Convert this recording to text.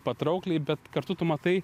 patraukliai bet kartu tu matai